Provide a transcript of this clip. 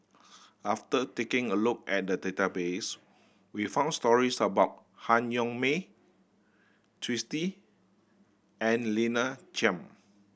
after taking a look at the database we found stories about Han Yong May Twisstii and Lina Chiam